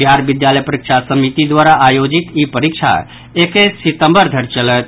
बिहार विद्यालय परीक्षा समिति द्वारा आयोजित ई परीक्षा एकैस सितम्बर धरि चलत